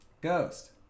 Ghost